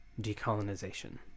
decolonization